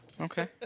Okay